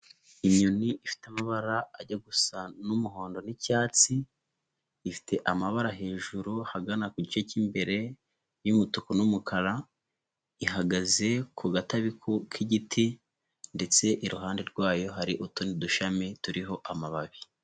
Inyoni ifite amabara ajya gusa n'umuhondo n'icyatsi, ifite amabara hejuru ahagana ku gice cy'imbere y'umutuku n'umukara, ihagaze ku gatabi k'igiti. Ndetse iruhande rwayo hari utundi dushami turiho amababi.